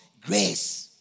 Grace